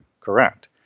correct